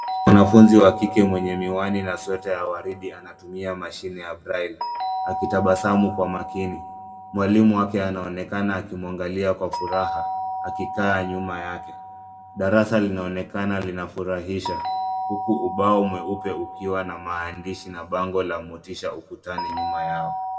Mwanafunzi wa kike mwenye miwani na sweta ya waridi anatumia mashine ya braille ,akitabasamu kwa makini. Mwalimu wake anaonekana akimwangalia kwa furaha, akikaa nyuma yake. Darasa linaonekana linafurahisha, huku ubao mweupe ukiwa na maandishi na bango la motisha ukutani nyuma yao.